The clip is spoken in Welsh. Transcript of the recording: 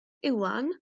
iwan